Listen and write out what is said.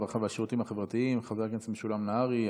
הרווחה והשירותים החברתיים חבר הכנסת משולם נהרי.